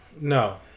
No